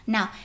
Now